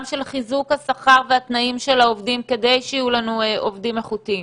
גם של חיזוק השכר והתנאים של העובדים כדי שיהיו לנו עובדים איכותיים,